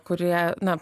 kurie na